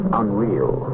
unreal